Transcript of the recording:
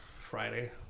Friday